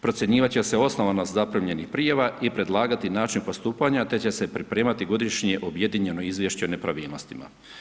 Procjenjivati će se osnovanost zaprimljenih prijava i predlagati način postupanja te će se pripremati godišnje objedinjeno izvješće o nepravilnostima.